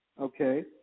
Okay